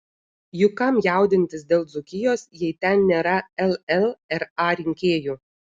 juk kam jaudintis dėl dzūkijos jei ten nėra llra rinkėjų